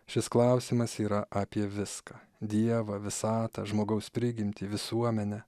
šis klausimas yra apie viską dievą visatą žmogaus prigimtį visuomenę